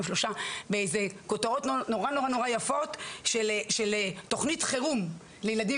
שלושה באיזה כותרות נורא יפות של תוכנית חירום לילדים